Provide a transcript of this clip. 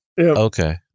Okay